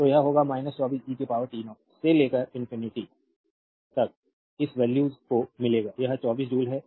तो यह होगा 24 e t0 से लेकर इंफिनिटी तक इस वैल्यूज को मिलेगा यह 24 जूल है